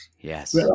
Yes